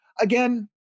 Again